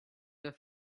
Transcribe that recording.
your